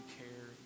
care